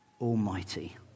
Almighty